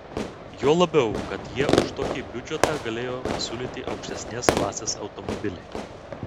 juo labiau kad jie už tokį biudžetą galėjo pasiūlyti aukštesnės klasės automobilį